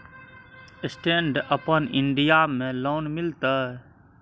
Stand up India में loan मिलते?